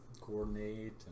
coordinate